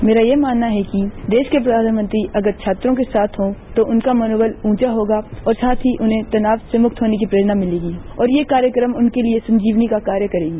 मेरा ये मानना है कि देश के प्रधानमंत्री अगर छात्रों के साथ हों तो उनका मनोवल ऊंचा होगा और साथ ही उन्हें तनाव से मुक्त होने की प्रेरणा मिलेगी और यह कार्यक्रम उनके लिए संजीवनी का कार्य करेगी